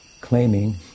claiming